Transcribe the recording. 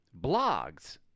blogs